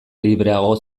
libreago